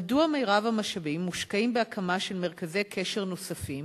1. מדוע מושקעים מירב המשאבים בהקמה של מרכזי קשר נוספים